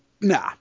Nah